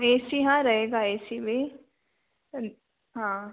ए C हाँ रहेगा A C भी हाँ